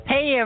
Hey